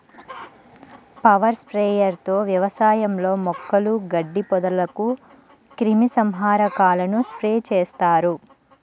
power sprayer తో వ్యవసాయంలో మొక్కలు, గడ్డి, పొదలకు క్రిమి సంహారకాలను స్ప్రే చేస్తారు